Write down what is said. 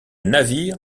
navire